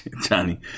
Johnny